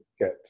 get